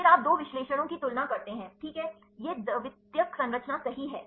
फिर आप दो विश्लेषणों की तुलना करते हैं ठीक है यह द्वितीयक संरचना सही है